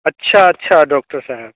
अच्छा अच्छा डॉक्टर साहेब